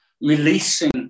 releasing